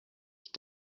ich